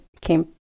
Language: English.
came